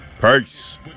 peace